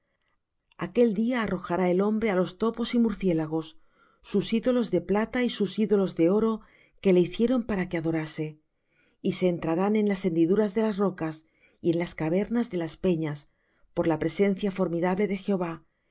aquel día arrojará el hombre á los topos y murciélagos sus ídolos de plata y sus ídolos de oro que le hicieron para que adorase y se entrarán en las hendiduras de las rocas y en las cavernas de las peñas por la presencia formidable de jehová